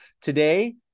Today